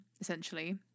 essentially